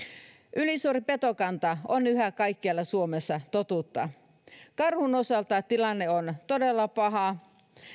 ylisuuri petokanta on yhä kaikkialla suomessa totuutta karhun osalta tilanne on todella paha